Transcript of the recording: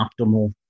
optimal